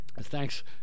thanks